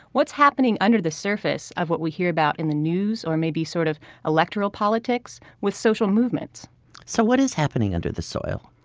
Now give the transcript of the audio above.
what's happening under the surface of what we hear about in the news, or maybe in sort of electoral politics with social movements so what is happening under the soil?